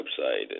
website